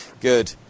good